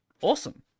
Awesome